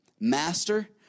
Master